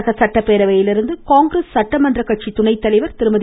தமிழக சட்டப்பேரவையிலிருந்து காங்கிரஸ் சட்டமன்ற கட்சி துணை தலைவர் திருமதி